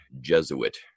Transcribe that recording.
Jesuit